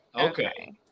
Okay